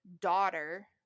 Daughter